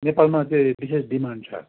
नेपालमा चाहिँ विशेष डिमान्ड छ